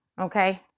Okay